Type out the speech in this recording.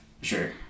Sure